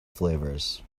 flavours